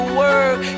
work